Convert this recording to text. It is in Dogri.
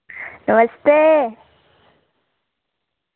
नमस्ते